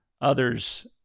others